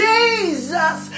Jesus